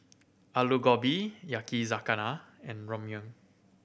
Alu Gobi Yakizakana and Ramyeon